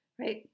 right